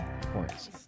points